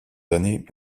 années